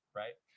right